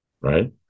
right